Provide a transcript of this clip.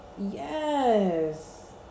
Yes